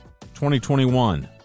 2021